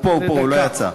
הוא פה, הוא פה, הוא לא יצא.